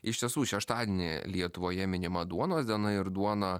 iš tiesų šeštadienį lietuvoje minima duonos diena ir duona